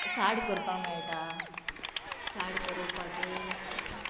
साड करपाक मेळटा साड करपाचें